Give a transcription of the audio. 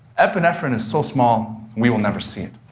epinephrine is so small we will never see it,